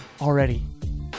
already